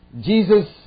Jesus